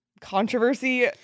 controversy